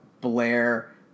Blair